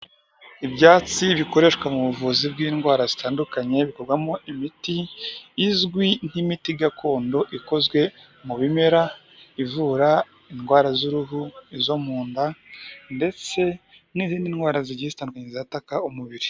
Ibyatsi bikoreshwa mu buvuzi bw'indwara zitandukanye, bikorwamo imiti izwi nk'imiti gakondo ikozwe mu bimera, ivura indwara z'uruhu izo mu nda ndetse n'izindi ndwara zigiye zitandukanye zataka umubiri.